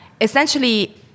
essentially